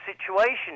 situation